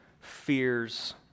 fears